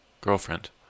girlfriend